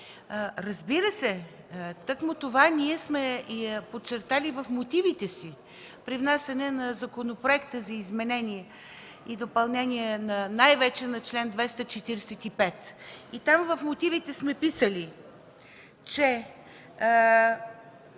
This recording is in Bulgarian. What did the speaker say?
Разбира се, тъкмо това ние сме подчертали и в мотивите си при внасяне на Законопроекта за изменение и допълнение най-вече на чл. 245. И там в мотивите сме писали, че